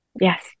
Yes